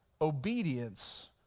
obedience